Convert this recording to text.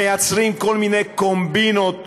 מייצרים כל מיני קומבינות